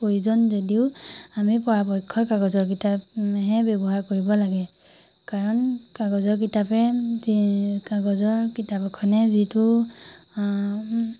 প্ৰয়োজন যদিও আমি পৰাপক্ষত কাগজৰ কিতাপহে ব্যৱহাৰ কৰিব লাগে কাৰণ কাগজৰ কিতাপে এ কাগজৰ কিতাপ এখনে যিটো